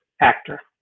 actor